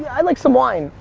yeah i'd like some wine.